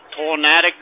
tornadic